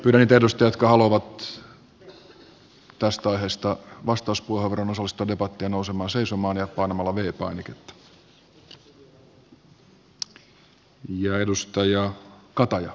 pyydän niitä edustajia jotka haluavat tästä aiheesta vastauspuheenvuoron ja osallistua debattiin nousemaan seisomaan ja painamaan v painiketta